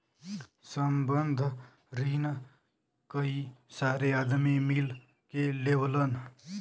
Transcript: संबंद्ध रिन कई सारे आदमी मिल के लेवलन